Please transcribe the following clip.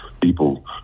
people